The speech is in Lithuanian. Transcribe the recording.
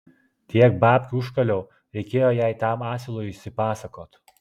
tiek babkių užkaliau reikėjo jai tam asilui išsipasakot